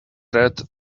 red